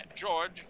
George